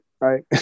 Right